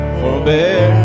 forbear